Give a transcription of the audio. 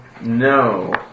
No